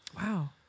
wow